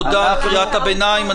תודה על קריאת הביניים,